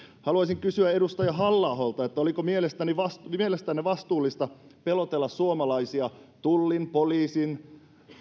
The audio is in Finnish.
haluaisin kysyä edustaja halla aholta oliko mielestänne vastuullista pelotella suomalaisia tullin poliisin